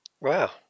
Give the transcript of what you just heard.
Wow